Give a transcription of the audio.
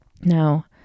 Now